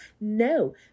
No